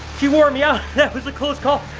she wore me out. that was a close call.